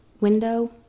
window